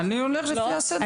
אני הולך לפי הסדר.